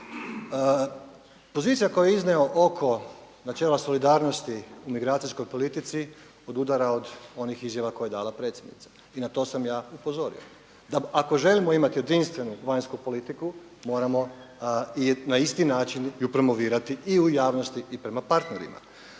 Pozicija koju je iznio oko načela solidarnosti u migracijskoj politici odudara od onih izjava koje je dala predsjednica i na to sam ja upozorio, da ako želimo imati jedinstvenu vanjsku politiku moramo na isti način ju promovirati i u javnosti i prema partnerima.